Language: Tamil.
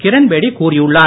கிரண்பேடி கூறியுள்ளார்